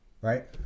right